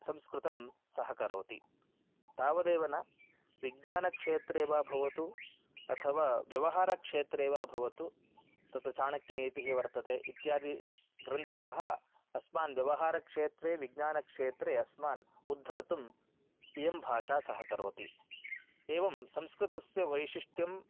संस्कृतं सहकरोति तावदेव विज्ञानक्षेत्रे वा भवतु अथवा व्यवहारक्षेत्रे वा भवतु तत् चाणक्यनीतिः वर्तते इत्यादि ग्रन्थाः अस्मान् व्यवहारक्षेत्रे विज्ञानक्षेत्रे अस्मान् उद्धर्तुम् इयं भाषा सहकरोति एवं संस्कृतस्य वैशिष्ट्यं